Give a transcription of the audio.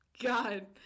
God